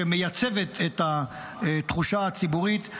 שמייצבת את התחושה הציבורית,